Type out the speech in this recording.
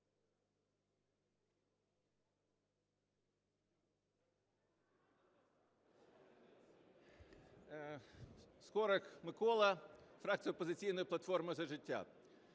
Скорик Микола, фракція "Опозиційної платформи - За життя".